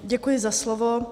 Děkuji za slovo.